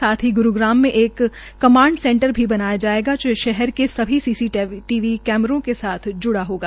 साथ ही ग्रूग्राम मे एक कमांड सेंटर भी बनाया जायेगा ज शहर के सभी सीसीटीवी कैमर से जुड़ा हागा